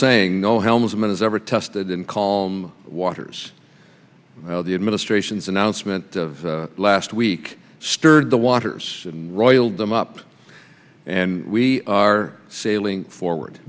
saying no helmet is ever tested in calm waters the administration's announcement last week stirred the waters royal them up and we are sailing forward